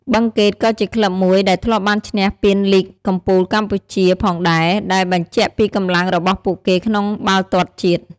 បឹងកេតក៏ជាក្លឹបមួយដែលធ្លាប់បានឈ្នះពានលីគកំពូលកម្ពុជាផងដែរ ដែលបញ្ជាក់ពីកម្លាំងរបស់ពួកគេក្នុងបាល់ទាត់ជាតិ។